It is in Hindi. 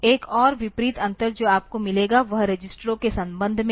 एक और विपरीत अंतर जो आपको मिलेगा वह रजिस्टरों के संदर्भ में है